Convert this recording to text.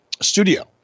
studio